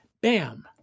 bam